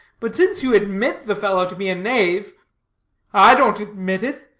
but since you admit the fellow to be a knave i don't admit it.